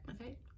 Okay